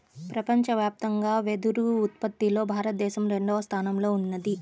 ప్రపంచవ్యాప్తంగా వెదురు ఉత్పత్తిలో భారతదేశం రెండవ స్థానంలో ఉన్నది